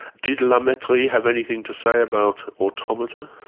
did la mettrie have anything to say about automata?